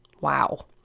wow